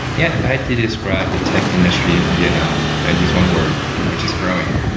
yeah. if i had to describe the tech industry in vietnam, i'd use one word, which is growing.